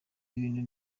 ibintu